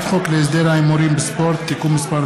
חוק להסדר ההימורים בספורט (תיקון מס'